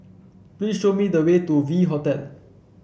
please show me the way to V Hotel